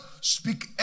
speak